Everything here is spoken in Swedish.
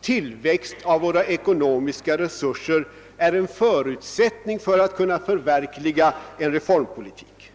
tillväxt av våra ekonomiska resurser är en förutsättning för att kunna förverkliga en reformpolitik.